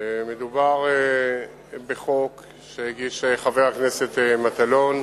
חוק שהגיש חבר הכנסת מטלון,